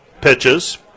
pitches